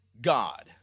God